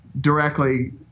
directly